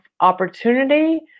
opportunity